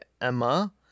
emma